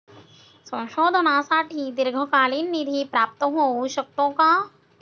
संशोधनासाठी दीर्घकालीन निधी प्राप्त होऊ शकतो का?